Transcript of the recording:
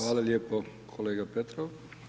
Hvala lijepa kolega Petrov.